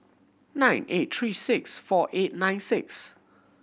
nine eight three six four eight nine six